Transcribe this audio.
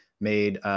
made